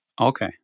Okay